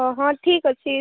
ତାଙ୍କ ନାଁ କ'ଣ